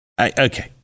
Okay